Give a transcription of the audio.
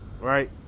right